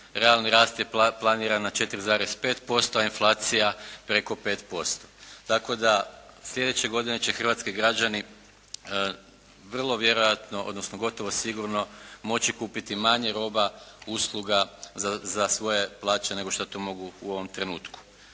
Realni rast je planiran na 4,5% a inflacija preko 5%, tako da slijedeće godine će hrvatski građani vrlo vjerojatno odnosno gotovo sigurno moći kupiti manje roba, usluga za svoje plaće nego što to mogu u ovom trenutku.